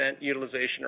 utilization